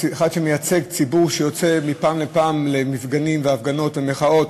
כאחד שמייצג ציבור שיוצא מפעם לפעם למפגנים והפגנות ומחאות